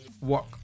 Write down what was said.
work